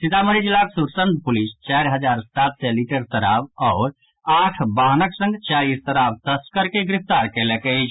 सीतामढ़ी जिलाक सुरसंड पुलिस चारि हजार सात सय लीटर शराब आओर आठ वाहनक संग चारि शराब तस्कर के गिरफ्तार कयलक अछि